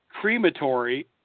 crematory